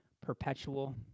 perpetual